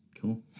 Cool